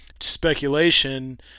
Speculation